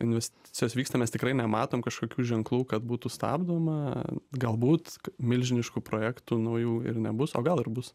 investicijos vyksta mes tikrai nematom kažkokių ženklų kad būtų stabdoma galbūt milžiniškų projektų naujų ir nebus o gal ir bus